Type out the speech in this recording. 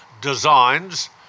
designs